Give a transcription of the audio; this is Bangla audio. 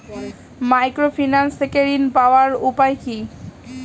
মাইক্রোফিন্যান্স থেকে ঋণ পাওয়ার উপায় কি?